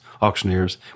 auctioneers